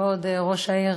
כבוד ראש העיר